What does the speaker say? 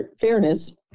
Fairness